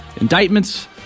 indictments